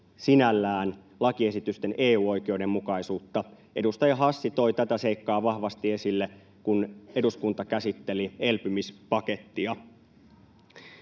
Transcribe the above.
sinällään lakiesitysten EU-oikeudenmukaisuutta. Edustaja Hassi toi tätä seikkaa vahvasti esille, kun eduskunta käsitteli elpymispakettia.